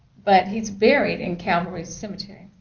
but he's buried in calgary's cemetery.